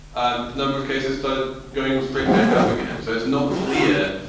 um the number of cases started going straight back up again. so it's not clear.